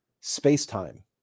space-time